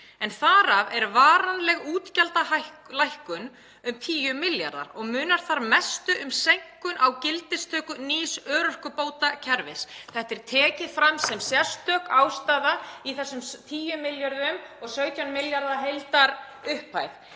en þar af er varanleg útgjaldalækkun um 10 ma.kr. Munar þar mestu um seinkun á gildistöku nýs örorkubótakerfis …“— Þetta er tekið fram sem sérstök ástæða í þessum 10 milljörðum og 17 milljarða heildarupphæð